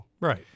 Right